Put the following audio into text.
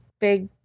big